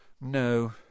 No